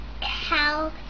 cow